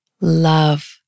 love